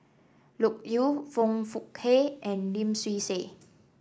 Loke Yew Foong Fook Kay and Lim Swee Say